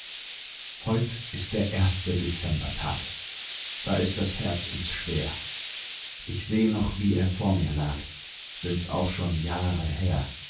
heut ist der erste dezembertag da ist das herz uns schwer ich seh noch wie er vor mir lag sind's auch schon jahre her